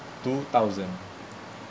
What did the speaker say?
two thousand